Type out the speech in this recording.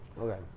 Okay